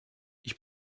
ich